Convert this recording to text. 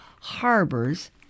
harbors